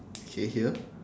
can you hear